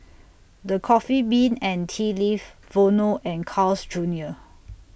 The Coffee Bean and Tea Leaf Vono and Carl's Junior